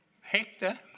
Hector